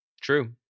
True